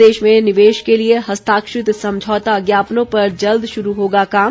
प्रदेश में निवेश के लिए हस्ताक्षरित समझौता ज्ञापनों पर जल्द शुरू होगा काम